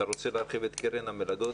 אתה רוצה להרחיב את קרן המלגות,